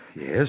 Yes